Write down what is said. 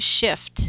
shift